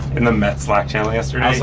in the mets slack channel yesterday,